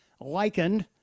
likened